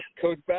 Coach